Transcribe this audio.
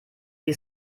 wie